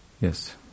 Yes